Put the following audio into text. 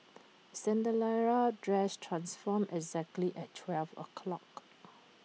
dress transformed exactly at twelve o'clock